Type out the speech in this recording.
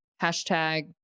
Hashtag